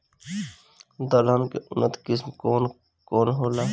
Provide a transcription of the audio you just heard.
दलहन के उन्नत किस्म कौन कौनहोला?